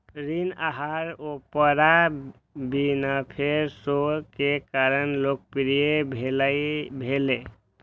ऋण आहार Oprah Winfrey show के कारण लोकप्रिय भेलै